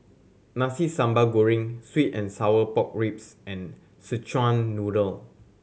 Nasi Sambal Goreng sweet and sour pork ribs and Szechuan Noodle